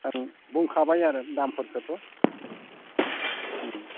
आं बुंखाबाय आरो दामफोरखौथ'